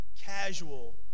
casual